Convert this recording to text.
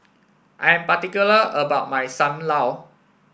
I'm particular about my Sam Lau